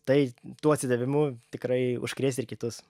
tai tuo atsidavimu tikrai užkrės ir kitus